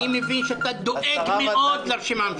אני מבין שאתה דואג מאוד לרשימה המשותפת.